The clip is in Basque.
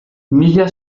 mila